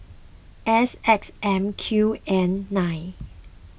S X M Q N nine